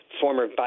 former